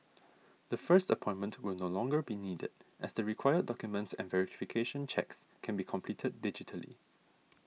the first appointment will no longer be needed as the required documents and verification checks can be completed digitally